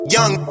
Young